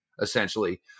essentially